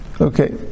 Okay